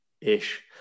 Ish